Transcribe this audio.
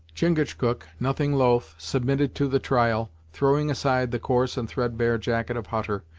chingachgook, nothing loath, submitted to the trial, throwing aside the coarse and thread bare jacket of hutter,